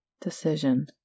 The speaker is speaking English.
decision